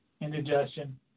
indigestion